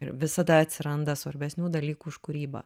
ir visada atsiranda svarbesnių dalykų už kūrybą